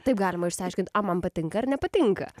taip galima išsiaiškint ar man patinka ar nepatinka